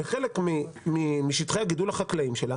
בחלק משטחי הגידול החקלאיים שלה,